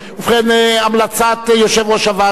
ובכן המלצת יושב-ראש הוועדה,